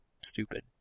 stupid